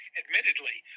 admittedly